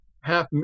half